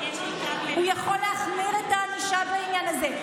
הוא יכול להחמיר את הענישה בעניין הזה,